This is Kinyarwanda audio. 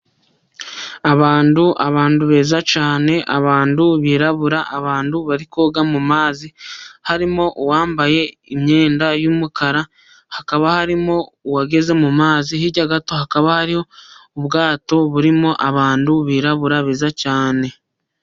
Abantu, abantu beza cyane, abantu birabura, abantu bari koga mu mumazi harimo uwambaye imyenda y'umukara, hakaba harimo uwageze mu mazi, hirya gato hakaba hariho ubwato burimo abantu birabura beza cyane.